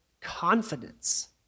confidence